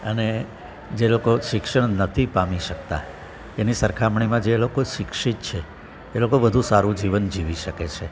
અને જે લોકો શિક્ષણ નથી પામી શકતા એની સરખામણીમાં જે લોકો શિક્ષિત છે એ લોકો વધુ સારું જીવન જીવી શકે છે